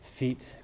Feet